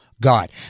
God